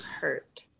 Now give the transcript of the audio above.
hurt